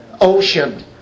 ocean